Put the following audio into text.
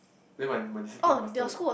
never mind my discipline mastered